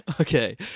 Okay